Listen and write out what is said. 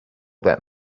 that